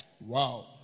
Wow